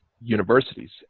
universities